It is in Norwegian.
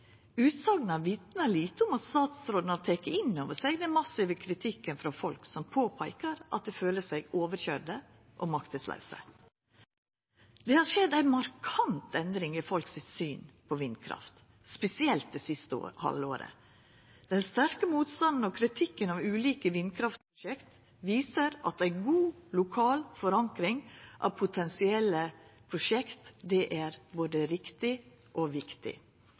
vitnar lite om at statsråden har teke inn over seg den massive kritikken frå folk som påpeikar at dei føler seg overkøyrde og makteslause. Det har skjedd ei markant endring i folk sitt syn på vindkraft, spesielt det siste halve året. Den sterke motstanden og kritikken av ulike vindkraftprosjekt viser at ei god lokal forankring av potensielle prosjekt er både riktig og viktig.